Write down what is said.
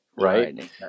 Right